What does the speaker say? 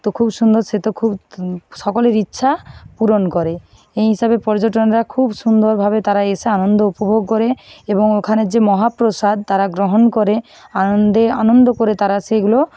তো খুব সুন্দর সে তো খুব সকলের ইচ্ছা পূরণ করে এই হিসাবে পর্যটনরা খুব সুন্দরভাবে তারা এসে আনন্দ উপভোগ করে এবং ওখানের যে মহাপ্রসাদ তারা গ্রহণ করে আনন্দে আনন্দ করে তারা সেইগুলো